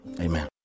amen